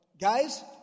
guys